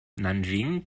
nanjing